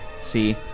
See